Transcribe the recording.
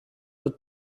but